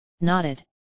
nodded